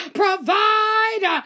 provide